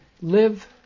live